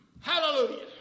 Hallelujah